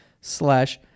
slash